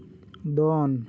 ᱫᱚᱱ